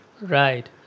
Right